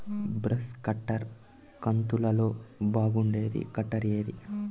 Brush cutter కంతులలో బాగుండేది cutter ఏది?